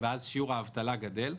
ואז שיעור האבטלה גדל.